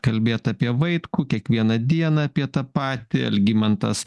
kalbėt apie vaitkų kiekvieną dieną apie tą patį algimantas